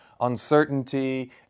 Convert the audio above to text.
uncertainty